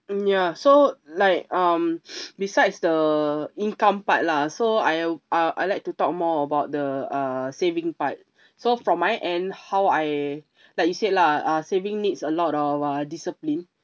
mm ya so like um besides the income part lah so I I I'd like to talk more about the uh saving part so from my end how I like you said lah uh saving needs a lot of uh discipline